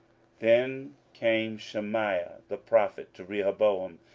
then came shemaiah the prophet to rehoboam,